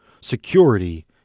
security